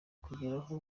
kugeraho